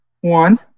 one